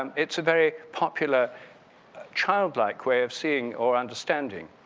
um it's a very popular childlike way of seeing or understanding.